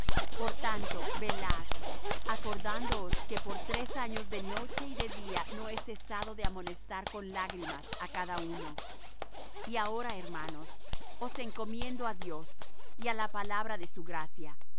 por tanto velad acordándoos que por tres años de noche y de día no he cesado de amonestar con lágrimas á cada uno y ahora hermanos os encomiendo á dios y á la palabra de su gracia